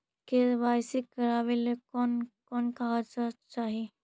KYC करावे ले कोन कोन कागजात चाही?